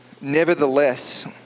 Nevertheless